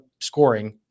scoring